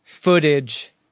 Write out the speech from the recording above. footage